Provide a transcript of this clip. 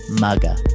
MAGA